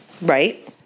Right